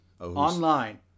online